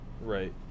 right